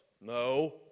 No